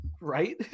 Right